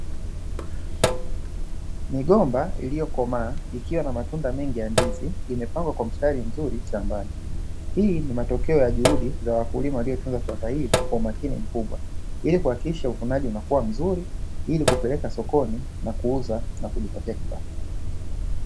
Migomba iliyokomaa ikiwa na matunda mengi ya ndizi imepangwa kwa mstari mzuri shambani; hii ni matokeo ya juhudi za wakulima waliotunza shamba hili kwa umakini mkubwa, ili kuhakikisha uvunaji unakuwa mzuri ili kupeleka sokoni na kuuza na kujipatia kipato.